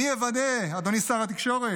מי יוודא, אדוני שר התקשורת,